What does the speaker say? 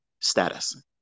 status